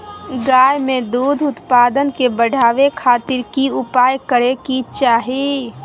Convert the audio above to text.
गाय में दूध उत्पादन के बढ़ावे खातिर की उपाय करें कि चाही?